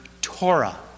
Torah